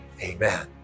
amen